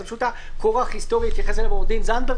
הכורח ההיסטורי התייחס אליו עו"ד זנדברג